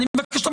אני מבקש,